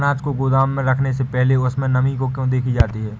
अनाज को गोदाम में रखने से पहले उसमें नमी को क्यो देखी जाती है?